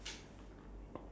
oh